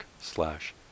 slash